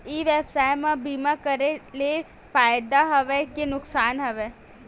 ई व्यवसाय म बीमा करे ले फ़ायदा हवय के नुकसान हवय?